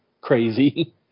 crazy